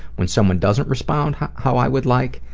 when someone doesn't respond how how i would like,